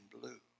blue